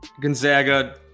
Gonzaga